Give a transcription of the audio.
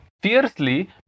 fiercely